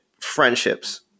friendships